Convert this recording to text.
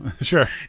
sure